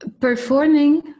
Performing